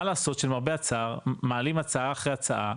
מה לעשות שלמרבה הצער מעלים הצעה אחרי הצעה,